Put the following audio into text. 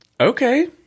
Okay